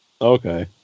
Okay